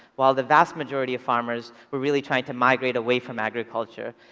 while the vast majority of farmers were really trying to migrate away from agriculture.